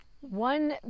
One